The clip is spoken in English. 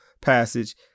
passage